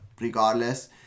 regardless